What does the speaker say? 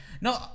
No